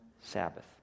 Sabbath